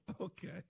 okay